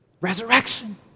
Resurrection